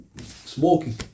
smoking